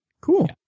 cool